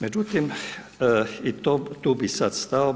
Međutim i tu bih sad stao.